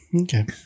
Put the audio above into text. Okay